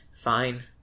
Fine